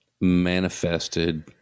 manifested